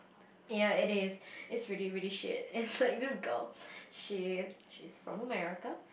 ya it is it's really really shit it's like this girl she she's from America